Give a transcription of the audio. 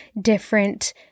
different